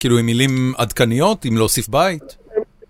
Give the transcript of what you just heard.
כאילו, עם מילים עדכניות, עם להוסיף בית?